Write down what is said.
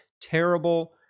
terrible